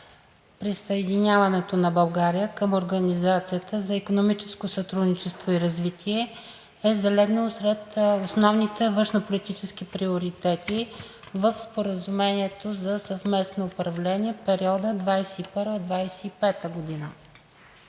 присъединяването на България към Организацията за икономическо сътрудничество и развитие е залегнало сред основните външнополитически приоритети в Споразумението за съвместно управление в периода 2021 – 2025 г.